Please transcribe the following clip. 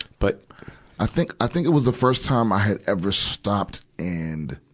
but i think, i think it was the first time i had ever stopped and,